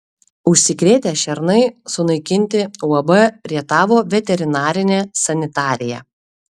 užsikrėtę šernai sunaikinti uab rietavo veterinarinė sanitarija